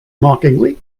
mockingly